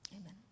Amen